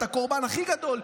את הקורבן הכי גדול,